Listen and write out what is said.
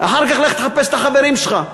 ואחר כך לך תחפש את החברים שלך.